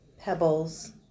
Pebbles